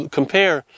compare